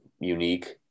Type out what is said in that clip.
unique